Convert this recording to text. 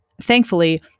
Thankfully